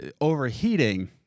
overheating